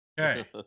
okay